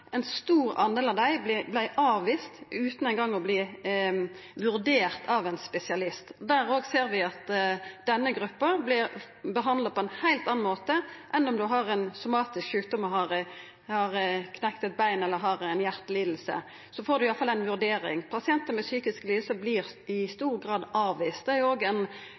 utan ein gong å verta vurderte av ein spesialist. Der òg ser vi at denne gruppa vert behandla på ein heilt annan måte enn om ein har ein somatisk sjukdom, har knekt eit bein eller har ei hjarteliding. Da får ein i alle fall ei vurdering. Pasientar med psykiske lidingar vert i stor grad avviste. Det er òg ein heilt uhaldbar statistikk. Ser statsråden samanhengen i dette, og